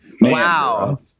Wow